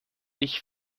ich